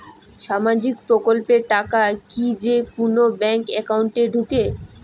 সামাজিক প্রকল্পের টাকা কি যে কুনো ব্যাংক একাউন্টে ঢুকে?